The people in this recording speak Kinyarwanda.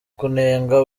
kunenga